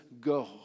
go